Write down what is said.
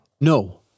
No